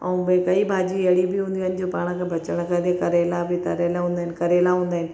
ऐं ॿी कईं भाॼी अहिड़ी बि हूंदियूं आहिनि जो पाण खे बचियलु करेला बि तरियलु हूंदा आहिनि करेला हूंदा आहिनि